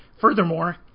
Furthermore